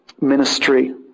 ministry